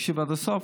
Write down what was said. תקשיב עד הסוף,